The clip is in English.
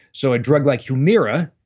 so a drug like humira,